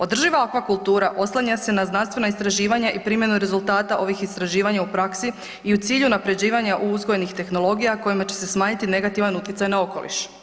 Održiva aquakultura oslanja se na znanstvena istraživanja i primjenu rezultata ovih istraživanja u praksi i u cilju unapređivanja uzgojnih tehnologija kojima će se smanjiti negativan utjecaj na okoliš.